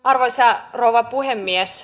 arvoisa rouva puhemies